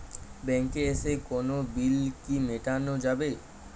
ব্যাংকে এসে কোনো বিল কি মেটানো যাবে?